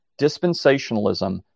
dispensationalism